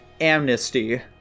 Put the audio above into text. Amnesty